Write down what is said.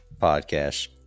podcast